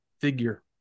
figure